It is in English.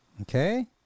Okay